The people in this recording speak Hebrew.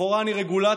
לכאורה אני רגולטור,